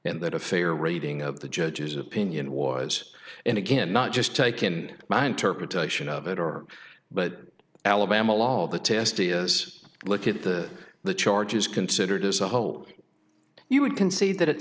and that a fair reading of the judge's opinion was and again not just taken my interpretation of it or but alabama law the test is look at the the charges considered as a whole you would concede that at